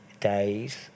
days